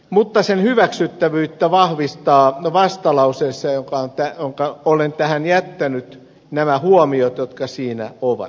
mutta sen hyväksyttävyyttä vahvistavat vastalauseessa jonka olen tähän jättänyt nämä huomiot jotka siinä ovat